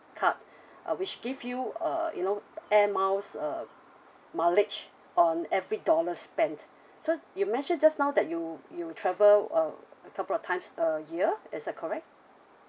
card uh which give you uh you know air miles uh mileage on every dollar spent so you mentioned just now that you you travel uh a couple of times a year is that correct